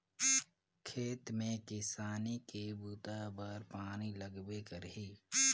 खेत में किसानी के बूता बर पानी लगबे करही